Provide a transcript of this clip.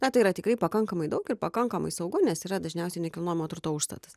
na tai yra tikrai pakankamai daug ir pakankamai saugu nes yra dažniausiai nekilnojamo turto užstatas